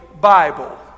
Bible